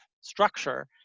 structure